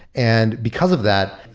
and because of that,